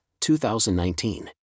2019